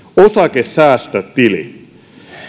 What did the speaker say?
osakesäästötili